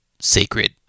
sacred